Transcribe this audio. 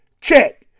check